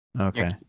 Okay